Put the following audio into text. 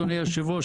אדוני היושב ראש,